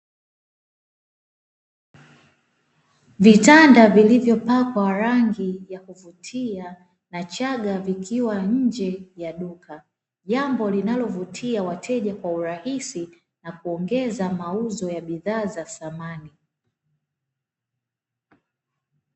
Vitanda vilivyopakwa rangi ya kuvutia na chaga vikiwa nje ya duka. Jambo linalovutia wateja kwa urahisi na kuongeza mauzo ya bidhaa za samani.